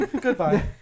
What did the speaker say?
Goodbye